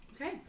Okay